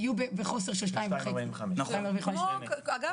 יהיו בחוסר של 2.5. של 2.45%. אגב,